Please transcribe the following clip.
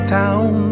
town